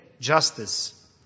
justice